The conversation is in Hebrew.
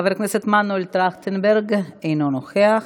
חבר הכנסת מנואל טרכטנברג, אינו נוכח,